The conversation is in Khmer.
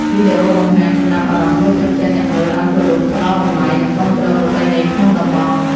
វីដេអូបង្ហាញចំណាប់អារម្មណ៍លើកទឹកចិត្តអ្នកមើលឲ្យគោរព ផ្ដល់តម្លៃ និងគាំទ្រប្រពៃណីក្នុងតំបន់។